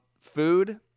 food